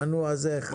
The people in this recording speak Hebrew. נו, אז איך?